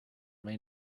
may